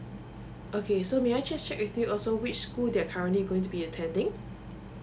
okay so may I just check with you also which school they are currently going to be attending